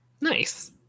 Nice